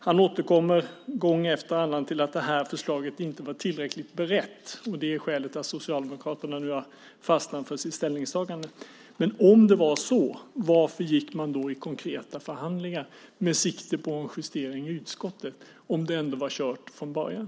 Han återkommer gång efter annan till att det här förslaget inte var tillräckligt berett och att det var skälet till att Socialdemokraterna nu har fastnat för sitt ställningstagande. Men om det var så, varför gick man då i konkreta förhandlingar med sikte på justering i utskottet, om det ändå var kört från början?